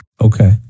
Okay